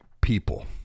people